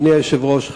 אדוני היושב-ראש,